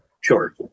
Sure